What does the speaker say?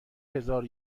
هزار